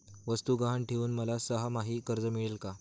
वस्तू गहाण ठेवून मला सहामाही कर्ज मिळेल का?